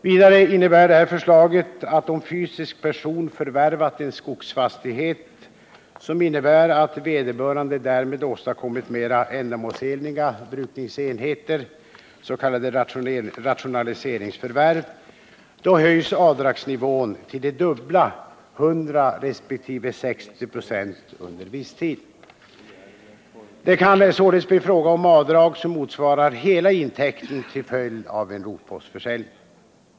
Vidare innebär förslaget att om fysisk person förvärvat en skogsfastighet som innebär att vederbörande därmed åstadkommit mera ändamålsenliga brukningsenheter, s .k. rationaliseringsförvärv, då höjs avdragsnivån under viss tid till det dubbla, 100 resp. 60 96. Det kan således bli fråga om avdrag som motsvarar hela intäkten till följd av en rotpostförsäljning.